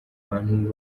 bantu